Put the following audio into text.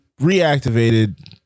reactivated